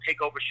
takeover